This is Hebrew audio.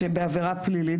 בעבירה פלילית.